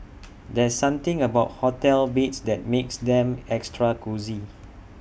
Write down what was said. there's something about hotel beds that makes them extra cosy